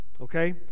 Okay